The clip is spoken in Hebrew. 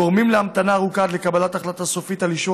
גורמים להמתנה ארוכה עד לקבלת החלטה סופית על אישור